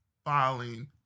filing